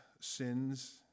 sins